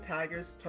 Tigers